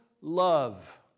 love